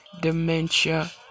dementia